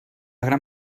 gran